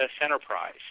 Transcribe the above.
Enterprise